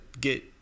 get